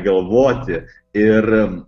galvoti ir